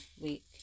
week